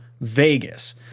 Vegas